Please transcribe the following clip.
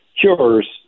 cures